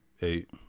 eight